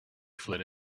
flynn